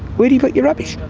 where do you put your rubbish?